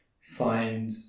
find